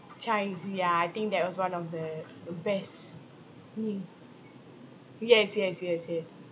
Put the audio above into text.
chijmes ya I think that was one of the best hmm yes yes yes yes